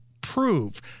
prove